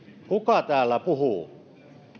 kuka täällä puhuu